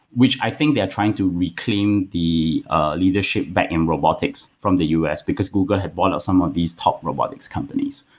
which i think they're trying to reclaim the leadership back in robotics from the u s, because google had bought up some of these top robotics companies.